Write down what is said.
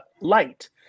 light